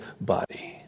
body